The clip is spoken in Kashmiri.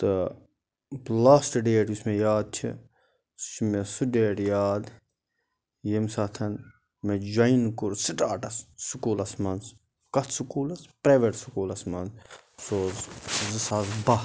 تہٕ لاسٹ ڈیٹ یُس مےٚ یاد چھِ سُہ چھُ مےٚ سُہ ڈیٹ یاد ییٚمہِ ساتہٕ مےٚ جویِن کوٚر سِٹاٹَس سکوٗلَس منٛز کَتھ سکوٗلَس پرٛایویٹ سکوٗلَس منٛز سُہ اوس زٕ ساس بَہہ